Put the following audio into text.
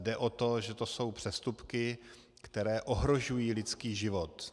Jde o to, že to jsou přestupky, které ohrožují lidský život.